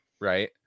Right